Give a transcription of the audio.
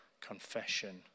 confession